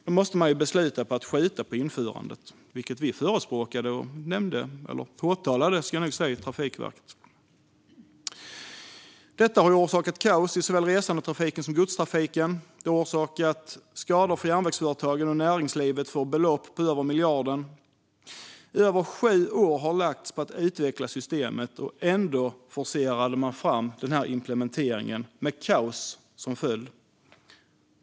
Då måste man besluta att skjuta på införandet, vilket vi förespråkade och påtalade för Trafikverket. Detta har orsakat kaos i såväl resandetrafiken som godstrafiken. Det har orsakat skador för järnvägsföretagen och näringslivet för belopp på över miljarden. Över sju år har lagts på att utveckla systemet. Ändå forcerade man fram implementeringen - med kaos som följd.